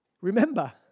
remember